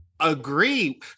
agree